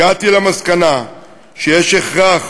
הגעתי למסקנה שיש הכרח